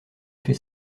fait